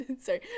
sorry